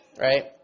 Right